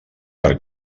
per